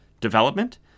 development